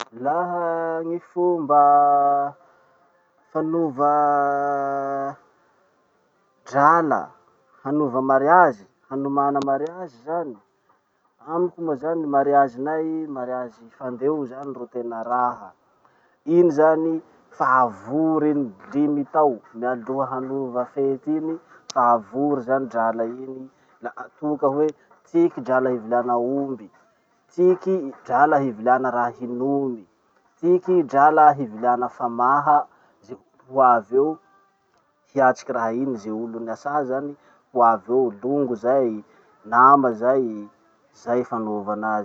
Laha gny fomba fanova drala hanova mariazy, hanomana mariazy zany. Amiko moa zany, mariazinay, mariazy fandeo ro tena raha. Iny zany fa avory iny, limy tao mialoha hanaova fety iny, fa avory zany drala iny, la atoka hoe: tiky drala hiviliana aomby, tiky drala hiviliana raha hinomy, tiky drala hiviliana famaha ze ho avy eo hiatriky raha iny, ze olo nasà zany ho avy eo, longo zay, nama zay, zay fanova anazy.